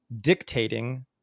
dictating